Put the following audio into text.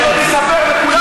כי נתניהו של פעם,